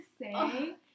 say